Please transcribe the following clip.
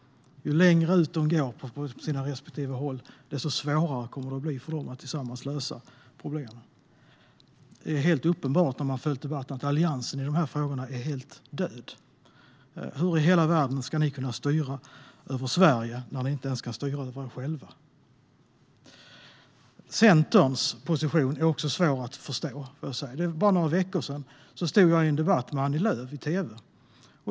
Ju längre ut de går åt sina respektive håll, desto svårare kommer det att bli för dem att lösa problemen tillsammans. Det är uppenbart om man har följt debatten att Alliansen i dessa frågor är helt död. Hur i hela världen ska ni kunna styra över Sverige när ni inte ens kan styra över er själva? Centerns position är svår att förstå i sig. För bara några veckor sedan stod jag i en debatt med Annie Lööf i tv.